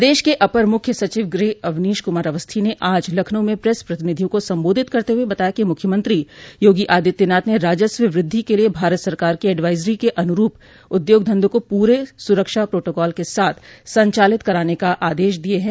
प्रदेश के अपर मुख्य सचिव गृह अवनीश कुमार अवस्थी ने आज लखनऊ में प्रेस प्रतिनिधियों को सम्बोधित करते हुए बताया कि मुख्यमंत्री योगी आदित्यनाथ ने राजस्व वृद्धि के लिए भारत सरकार की एडवायजरी के अनुरूप उद्योग धन्धों को पूरे सुरक्षा प्रोटोकॉल के साथ संचालित कराने के आदेश दिये हैं